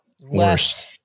worse